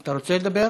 אתה רוצה לדבר?